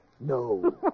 No